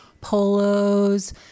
Polos